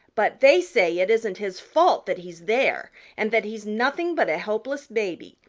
but they say it isn't his fault that he's there, and that he's nothing but a helpless baby,